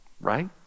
Right